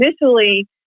initially